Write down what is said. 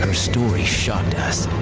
um story shocked us.